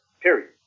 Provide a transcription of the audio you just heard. period